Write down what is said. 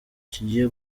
kigiye